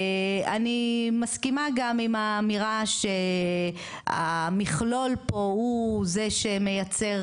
אני מסכימה גם עם האמירה שהמכלול פה הוא זה שמייצר